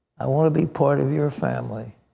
i want to be part of your family.